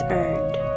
earned